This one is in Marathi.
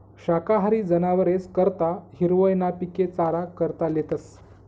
शाकाहारी जनावरेस करता हिरवय ना पिके चारा करता लेतस